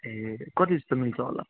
ए कति जस्तो मिल्छ होला